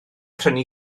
prynu